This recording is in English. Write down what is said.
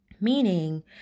Meaning